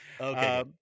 Okay